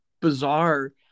bizarre